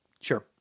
Sure